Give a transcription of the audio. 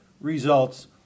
results